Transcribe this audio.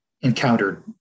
encountered